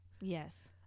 Yes